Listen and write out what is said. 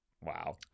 Wow